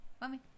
mommy